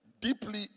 Deeply